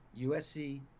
usc